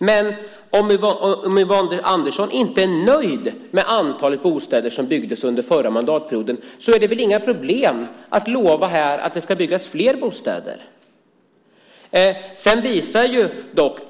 Om Yvonne Andersson inte är nöjd med antalet bostäder som byggdes under den förra mandatperioden är det väl inga problem att lova att det nu ska byggas fler.